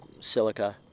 silica